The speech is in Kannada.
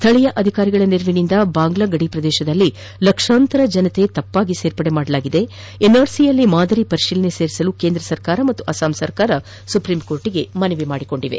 ಸ್ಥಳೀಯ ಅಧಿಕಾರಿಗಳ ನೆರವಿನಿಂದ ಬಾಂಗ್ಲಾ ಗಡಿ ಪ್ರದೇಶದಲ್ಲಿ ಲಕ್ಷಾಂತರ ಜನರನ್ನು ತಪ್ಪಾಗಿ ಸೇರ್ಪಡೆ ಮಾಡಲಾಗಿದ್ದು ಎನ್ಆರ್ಸಿನಲ್ಲಿ ಮಾದರಿ ಪರಿಶೀಲನೆ ಸೇರಿಸಲು ಕೇಂದ್ರ ಸರ್ಕಾರ ಹಾಗೂ ಅಸ್ಪಾಂ ಸರ್ಕಾರ ಸುಪ್ರೀಂಕೋರ್ಟ್ಗೆ ಮನವಿ ಮಾಡಿದೆ